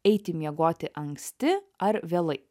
eiti miegoti anksti ar vėlai